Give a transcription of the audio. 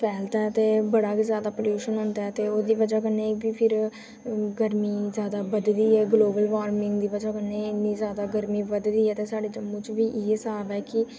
फैलदा ऐ ते बड़ा गै जादै पलूशन होंदा ऐ ते एह्दे बजह् कन्नै एह्बी फिर् गर्मियें ई जादै बदबू ओह् ग्लोबल वार्मिंग दी बजह कन्नै इ'न्नी जादै गर्मी बदधी ऐ ते साढ़े जम्मू च बी इ'यै स्हाब ऐ कि